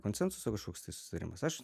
konsensuso kažkoks tai susitarimas aš